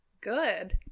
Good